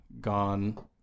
gone